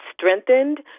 strengthened